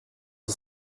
dix